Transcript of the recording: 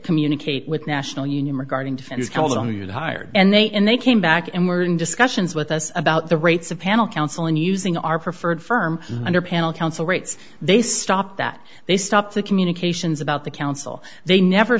communicate with national union regarding to tell the new hire and they and they came back and were in discussions with us about the rates of panel counseling using our preferred firm and our panel counsel rates they stopped that they stopped the communications about the council they never